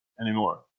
anymore